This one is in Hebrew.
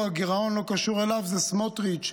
הגירעון לא קשור אליו, זה סמוטריץ'.